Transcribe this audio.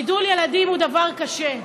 גידול ילדים הוא דבר קשה.